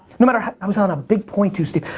and but i was on a big point too, steve.